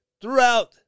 throughout